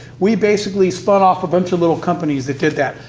we basically spun off a bunch of little companies that did that.